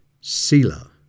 Sila